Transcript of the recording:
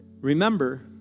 Remember